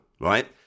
right